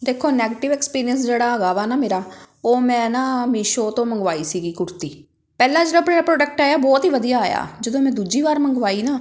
ਦੇਖੋ negative experience ਜਿਹੜਾ ਹੈਗਾ ਵਾ ਨਾ ਮੇਰਾ ਉਹ ਮੈਂ ਨਾ ਮੀਸ਼ੋ ਤੋਂ ਮੰਗਵਾਈ ਸੀਗੀ ਕੁਰਤੀ ਪਹਿਲਾਂ ਜਿਹੜਾ ਪ੍ਰ ਪ੍ਰੋਡਕਟ ਆਇਆ ਬਹੁਤ ਹੀ ਵਧੀਆ ਆਇਆ ਜਦੋਂ ਮੈਂ ਦੂਜੀ ਵਾਰ ਮੰਗਵਾਈ ਨਾ